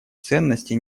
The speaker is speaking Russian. ценности